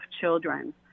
children